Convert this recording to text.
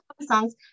songs